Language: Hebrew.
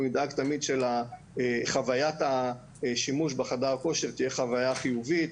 אנחנו נדאג תמיד שחוויית השימוש בחדר כושר תהיה חוויה חיובית,